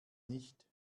nicht